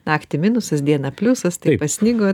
naktį minusas dieną pliusas tai pasnigo